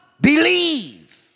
believe